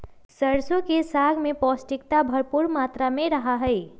सरसों के साग में पौष्टिकता भरपुर मात्रा में रहा हई